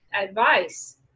advice